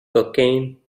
cocaine